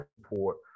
support